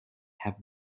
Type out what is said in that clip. have